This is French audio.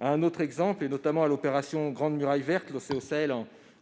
débouchés existent, notamment l'opération grande muraille verte, lancée au Sahel